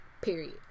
period